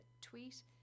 tweet